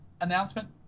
announcement